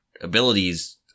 abilities